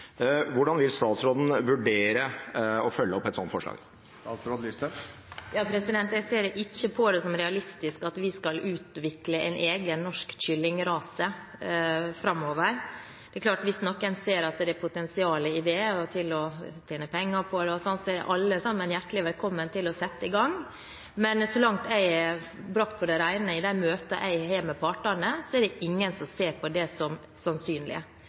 Hvordan vil statsråden vurdere å følge opp et sånt forslag? Jeg ser ikke på det som realistisk at vi skal utvikle en egen norsk kyllingrase framover. Det er klart at hvis noen ser at det er potensial i det til å tjene penger på det, er alle sammen hjertelig velkommen til å sette i gang. Men så langt jeg har brakt på det rene i de møtene jeg har med partene, er det ingen som ser på det som